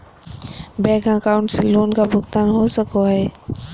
Bank account से loan का भुगतान हो सको हई?